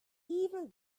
even